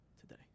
today